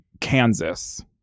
Kansas